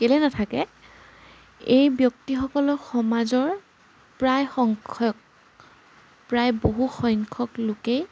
কেলৈ নাথাকে এই ব্যক্তিসকলক সমাজৰ প্ৰায় সংখ্যক প্ৰায় বহু সংখ্যক লোকেই